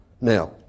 Now